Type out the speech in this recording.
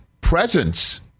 presence